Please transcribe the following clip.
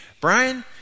Brian